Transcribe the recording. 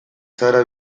zara